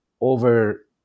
over